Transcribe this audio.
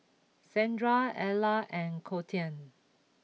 Shandra Ella and Kolten